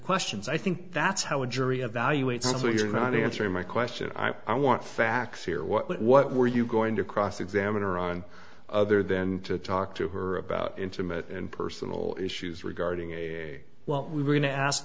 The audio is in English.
questions i think that's how a jury of valuate some things are not answering my question i want facts here what what were you going to cross examine her on other than to talk to her about intimate and personal issues regarding a well we were going to ask